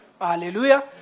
Hallelujah